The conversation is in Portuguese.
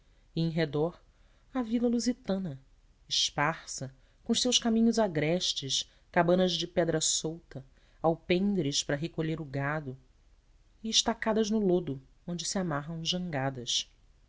em redor a vila lusitana esparsa com os seus caminhos agrestes cabanas de pedra solta alpendres para recolher o gado e estacadas no lodo onde se amarram jangadas